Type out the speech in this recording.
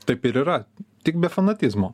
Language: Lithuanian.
taip ir yra tik be fanatizmo